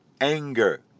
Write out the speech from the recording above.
anger